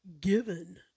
given